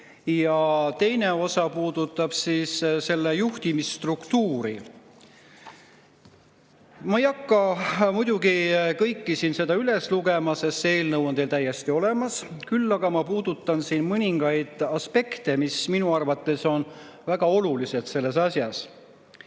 ja teine osa puudutab [organisatsiooni] juhtimisstruktuuri. Ma ei hakka muidugi kõike siin üles lugema, sest see eelnõu on teil täiesti olemas, küll aga ma puudutan siin mõningaid aspekte, mis minu arvates on väga olulised selles asjas.